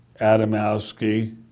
Adamowski